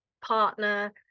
partner